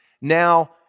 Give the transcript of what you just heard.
now